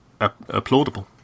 Applaudable